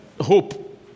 hope